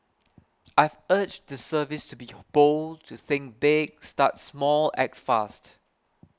I've urged the service to be bold to think big start small act fast